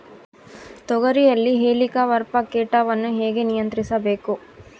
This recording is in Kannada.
ತೋಗರಿಯಲ್ಲಿ ಹೇಲಿಕವರ್ಪ ಕೇಟವನ್ನು ಹೇಗೆ ನಿಯಂತ್ರಿಸಬೇಕು?